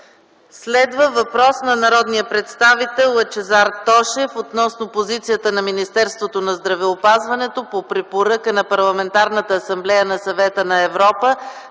Следва въпрос на народния представител Лъчезар Тошев относно позицията на Министерството на здравеопазването по Препоръка на Парламентарната Асамблея на Съвета на Европа